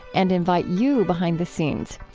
and invite you behind the scenes.